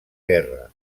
guerra